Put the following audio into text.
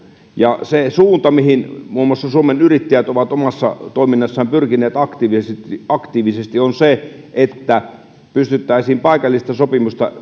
se suunta mihin muun muassa suomen yrittäjät on omassa toiminnassaan pyrkinyt aktiivisesti aktiivisesti on se että pystyttäisiin paikallista sopimista